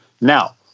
Now